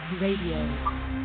Radio